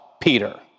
Peter